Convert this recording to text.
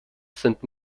sind